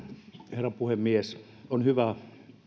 herra puhemies on hyvä